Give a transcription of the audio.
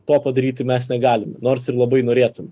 to padaryti mes negalim nors ir labai norėtum